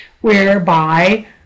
whereby